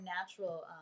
natural